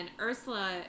Ursula